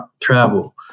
Travel